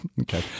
okay